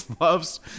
loves